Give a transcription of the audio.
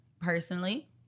personally